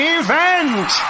event